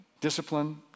discipline